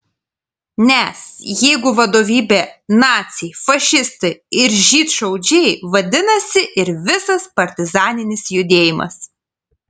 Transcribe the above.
nes jeigu vadovybė naciai fašistai ir žydšaudžiai vadinasi ir visas partizaninis judėjimas